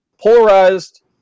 polarized